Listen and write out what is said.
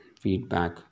feedback